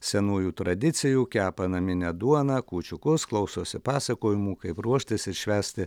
senųjų tradicijų kepa naminę duoną kūčiukus klausosi pasakojimų kaip ruoštis ir švęsti